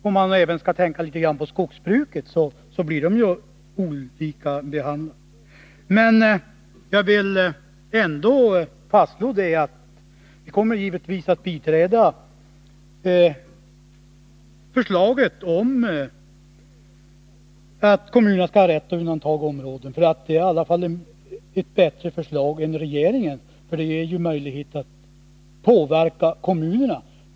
Om man skall tänka litet grand även på skogsbruken, så blir ju de också olika behandlade. Vi kommer givetvis att biträda förslaget att kommunerna skall ha rätt att undanta områden. Det är i alla fall ett bättre förslag än regeringens. Det ger ju möjligheter att påverka kommunerna.